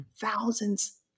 thousands